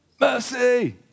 mercy